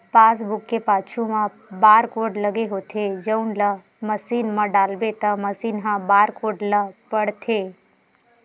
passbook के पाछू म बारकोड लगे होथे जउन ल मसीन म डालबे त मसीन ह बारकोड ल पड़थे